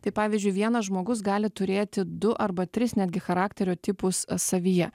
tai pavyzdžiui vienas žmogus gali turėti du arba tris netgi charakterio tipus a savyje